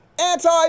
anti